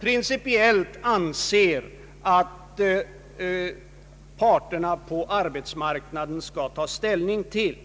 principiellt anser att parterna på den statliga arbetsmarknaden skall ta ställning till.